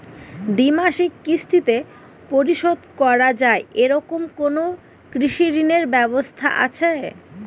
দ্বিমাসিক কিস্তিতে পরিশোধ করা য়ায় এরকম কোনো কৃষি ঋণের ব্যবস্থা আছে?